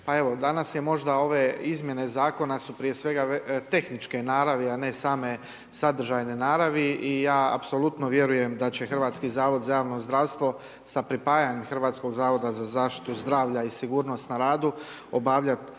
danas je možda ove izmjene zakona su prije svega tehničke naravi, a ne same sadržajne naravi i ja apsolutno vjerujem da će Hrvatski zavod za javno zdravstvo sa pripajanjem Hrvatskog zavoda za zaštitu zdravlja i sigurnost na radu obavljati